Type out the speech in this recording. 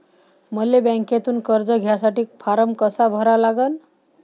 मले बँकेमंधून कर्ज घ्यासाठी फारम कसा भरा लागन?